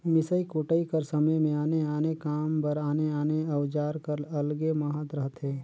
मिसई कुटई कर समे मे आने आने काम बर आने आने अउजार कर अलगे महत रहथे